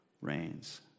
reigns